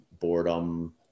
boredom